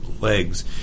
legs